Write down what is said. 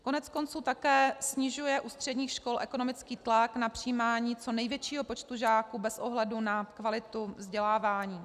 Koneckonců také snižuje u středních škol ekonomický tlak na přijímání co největšího počtu žáků bez ohledu na kvalitu vzdělávání.